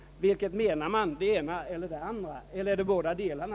Vad menar man; det ena eller det andra eller båda delarna?